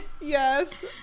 yes